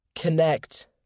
connect